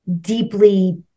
deeply